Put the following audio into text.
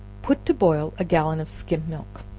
put to boil a gallon of skim milk,